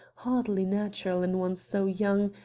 hardly natural in one so young,